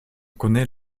connaît